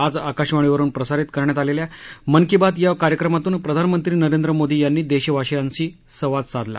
आज आकाशवाणीवरून प्रसारित करण्यात झालेल्या मन की बात या कार्यक्रमातून प्रधानमंत्री नरेंद्र मोदी यांनी देशवासीयांशी संवाद साधला